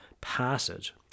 passage